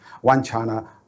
one-China